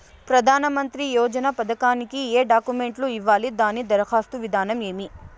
ప్రధానమంత్రి యోజన పథకానికి ఏ డాక్యుమెంట్లు ఇవ్వాలి దాని దరఖాస్తు విధానం ఏమి